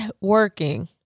working